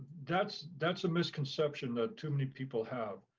that's that's a misconception that too many people have.